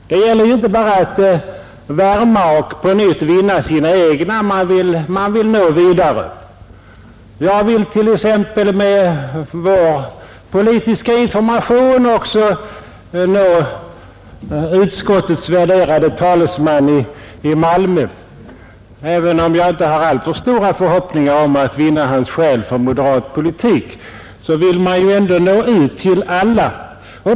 Det gäller inte bara att värva och på nytt vinna sina egna utan man vill också nå vidare. Jag vill t.ex. med vår politiska information också nå utskottets värderade talesman från Malmö. Även om jag inte har alltför stora förhoppningar om att vinna hans själ för moderat politik, vill vi ändå nå ut till honom och alla.